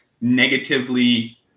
negatively